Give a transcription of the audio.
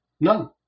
None